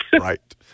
Right